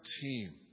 team